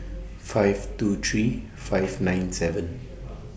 five two three five nine seven